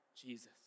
Jesus